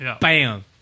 Bam